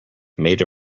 made